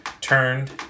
turned